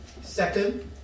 Second